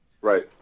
Right